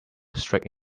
straight